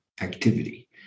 activity